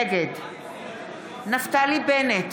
נגד נפתלי בנט,